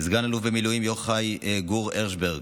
וסגן אלוף במילואים יוחאי גור הרשברג,